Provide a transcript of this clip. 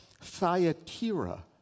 Thyatira